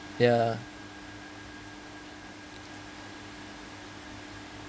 ya